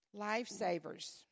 lifesavers